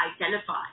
identify